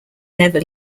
never